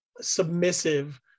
submissive